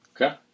Okay